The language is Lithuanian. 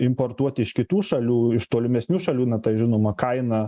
importuoti iš kitų šalių iš tolimesnių šalių na tai žinoma kaina